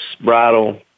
bridle